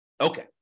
Okay